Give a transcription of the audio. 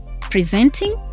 presenting